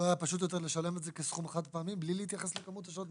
לא היה יותר פשוט לשלם את זה כסכום חד פעמי מבלי להתייחס לכמות השעות?